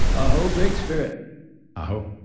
ah aho great spirit aho.